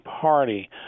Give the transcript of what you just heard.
Party